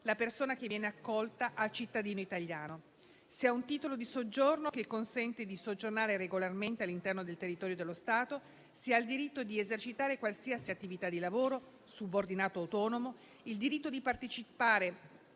la persona che viene accolta al cittadino italiano. Si hanno un titolo di soggiorno che consente di soggiornare regolarmente all'interno del territorio dello Stato; il diritto di esercitare qualsiasi attività di lavoro, subordinato o autonomo; il diritto di partecipare